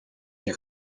nie